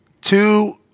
two